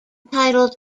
titled